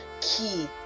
key